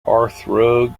hearthrug